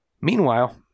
Meanwhile